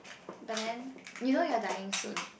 but then you know you're dying soon